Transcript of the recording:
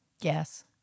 Yes